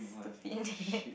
to fit in